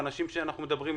והאנשים איתם אנו מדברים,